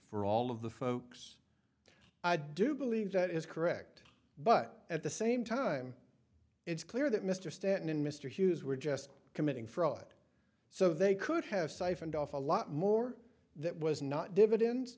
for all of the folks i do believe that is correct but at the same time it's clear that mr stanton and mr hughes were just committing fraud so they could have siphoned off a lot more that was not dividends